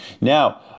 Now